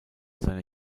seiner